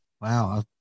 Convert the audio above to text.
wow